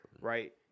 Right